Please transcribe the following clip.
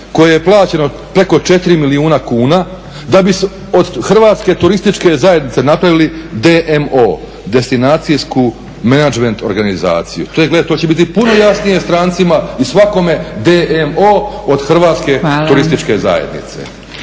koje je plaćeno preko 4 milijuna kuna da bi od Hrvatske turističke zajednice napravili DMO, destinacijsku menadžment organizaciju. To će biti puno jasnije strancima i svakome DMO od Hrvatske turističke zajednice.